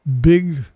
big